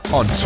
on